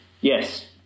yes